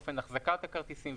אופן החזקת הכרטיסים,